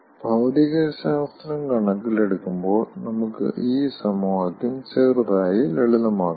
ഭൌതികശാസ്ത്രം കണക്കിലെടുക്കുമ്പോൾ നമുക്ക് ഈ സമവാക്യം ചെറുതായി ലളിതമാക്കാം